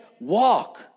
walk